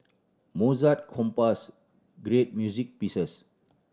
Mozart compose great music pieces